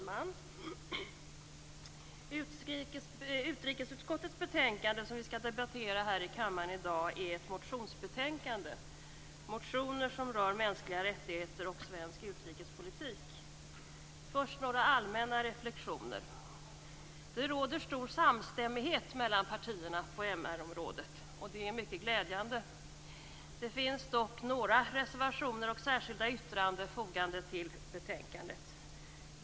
Herr talman! Utrikesutskottets betänkande 3 som vi skall debattera här i kammaren i dag är ett motionsbetänkande, motioner som rör mänskliga rättigheter och svensk utrikespolitik. Jag skall först göra några allmänna reflexioner. Det råder stor samstämmighet mellan partierna på MR-området, och det är mycket glädjande. Det finns dock några reservationer och särskilda yttranden fogade till betänkandet.